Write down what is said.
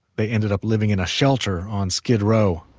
they ended up living in a shelter on skid row.